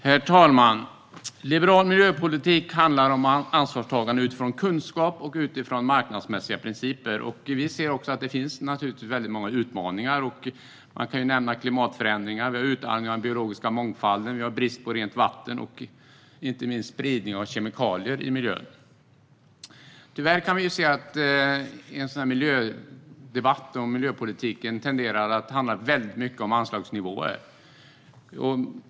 Herr talman! Liberal miljöpolitik handlar om ansvarstagande utifrån kunskap och utifrån marknadsmässiga principer. Vi ser naturligtvis att det finns många utmaningar; man kan nämna klimatförändringar, att vi har utarmat den biologiska mångfalden och att vi har brist på rent vatten. Inte minst har vi spridning av kemikalier i miljön. Tyvärr kan vi se att en debatt om miljöpolitiken tenderar att handla väldigt mycket om anslagsnivåer.